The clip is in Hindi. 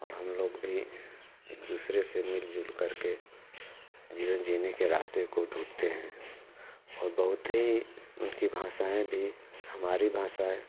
और हम लोग भी एक दूसरे से मिलजुल करके जीवन जीने के रास्ते को ढूंढते हैं और बहुत ही उनकी भाषाएँ भी हमारी भाषा है